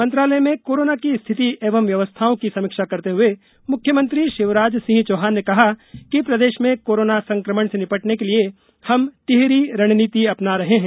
मंत्रालय में कोरोना की स्थिति एवं व्यवस्थाओं की समीक्षा करते हुए मुख्यमंत्री शिवराज सिंह चैहान ने कहा कि प्रदेश में कोरोना संक्रमण से निपटने के लिए हम तिहरी रणनीति अपना रहे हैं